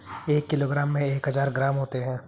एक किलोग्राम में एक हज़ार ग्राम होते हैं